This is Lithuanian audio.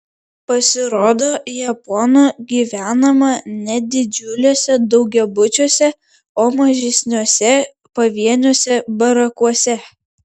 pasirodo japonų gyvenama ne didžiuliuose daugiabučiuose o mažesniuose pavieniuose barakuose